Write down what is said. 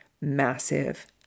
massive